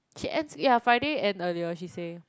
she ends yeah Friday end earlier she say